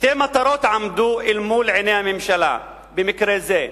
שתי מטרות עמדו אל מול עיני הממשלה במקרה זה: